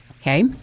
okay